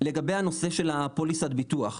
לגבי הנושא של פוליסת הביטוח,